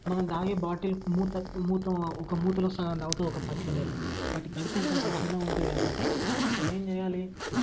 మనం తాగే బాటిల్ మూత మూత ఒక మూతలో సగం తాగుతాయి ఒక పక్షి నీళ్ళు వాటి కడుపు ఎంత ఉంటుంది చిన్నగా ఉంటాయి కాబట్టి మనం ఏం చెయ్యాలి